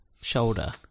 shoulder